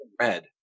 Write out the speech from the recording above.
red